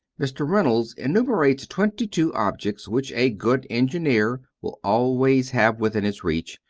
mr. reynolds enumerates twenty-two objects which a good engineer will always have within his reach,